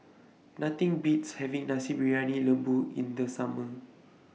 Nothing Beats having Nasi Briyani Lembu in The Summer